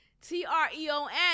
T-R-E-O-N